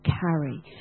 carry